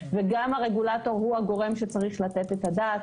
וגם הרגולטור הוא הגורם שצריך לתת את הדעת.